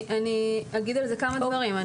אני אגיד על זה כמה דברים.